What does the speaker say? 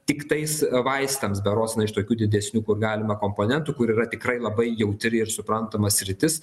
tiktais vaistams berods na iš tokių didesnių kur galima komponentų kur yra tikrai labai jautri ir suprantama sritis